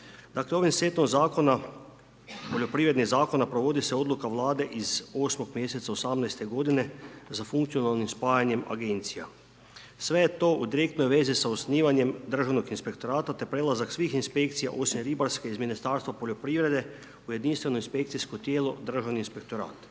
Dakle, ovim setom zakona, poljoprivrednih zakona, provodi se odluka vlada iz 8. mj. '18. g. za funkcionalnim spajanjem agencija. Sve je to u direktnoj vezi sa osnivanjem Državnog inspektorata, te prelazak svih inspekcija osim ribarskih iz Ministarstva poljoprivrede u jedinstveno inspekcijsko tijelo Državni inspektorat.